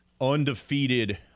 undefeated